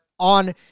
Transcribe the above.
on